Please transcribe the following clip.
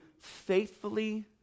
faithfully